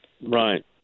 Right